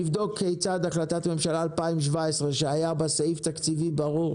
לבדוק כיצד החלטת ממשלה משנת 2017 שהיה בה סעיף תקציבי ברור